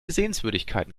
sehenswürdigkeiten